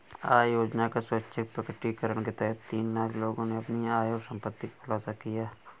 आय योजना का स्वैच्छिक प्रकटीकरण के तहत तीन लाख लोगों ने अपनी आय और संपत्ति का खुलासा किया